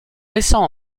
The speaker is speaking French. récent